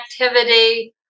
activity